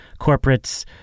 corporates